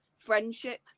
friendship